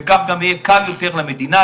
וככה יהיה קל יותר למדינה,